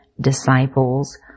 disciples